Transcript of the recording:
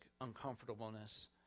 uncomfortableness